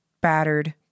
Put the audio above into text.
battered